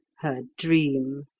her dream.